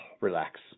relax